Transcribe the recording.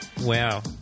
wow